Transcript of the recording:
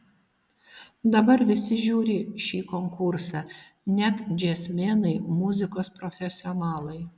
dabar visi žiūri šį konkursą net džiazmenai muzikos profesionalai